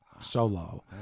solo